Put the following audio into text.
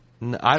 no